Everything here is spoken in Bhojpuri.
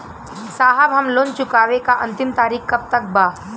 साहब लोन चुकावे क अंतिम तारीख कब तक बा?